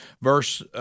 verse